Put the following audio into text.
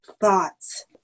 thoughts